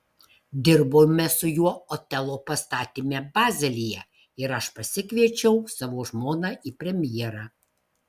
dirbome su juo otelo pastatyme bazelyje ir aš pasikviečiau savo žmoną į premjerą